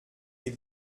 des